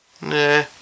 Nah